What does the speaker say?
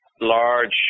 Large